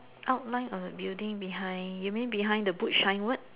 outline of a building behind you mean behind the book shine word